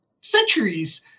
centuries